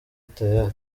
tayari